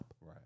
Right